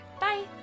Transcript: Bye